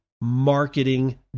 marketing